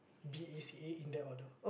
B_A_C_A in that order